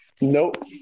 Nope